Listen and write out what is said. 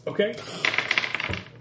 Okay